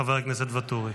חבר הכנסת ואטורי.